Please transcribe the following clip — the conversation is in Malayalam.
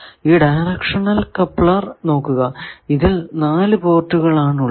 ഈ ഡയറക്ഷണൽ കപ്ലർ നോക്കുക ഇതിൽ 4 പോർട്ടുകൾ ആണ് ഉള്ളത്